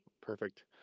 Perfect